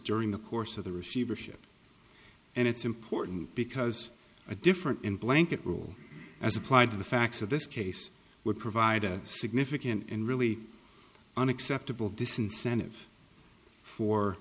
during the course of the receivership and it's important because a different blanket rule as applied to the facts of this case would provide a significant and really unacceptable disincentive for